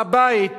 הר-הבית